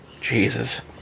jesus